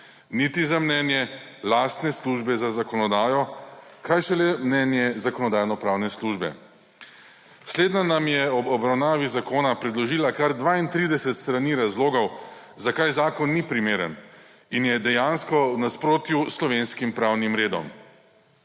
Niti za mnenje lastne službe za zakonodajo, kaj šele mnenje Zakonodajno-pravne službe. Slednja nam je ob obravnavi zakona predložila kar 32 strani razlogov zakaj zakon ni primeren in je dejansko v nasprotju s slovenskim pravnim redom.